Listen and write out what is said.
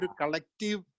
collective